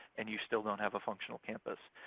and you still don't have a functional campus.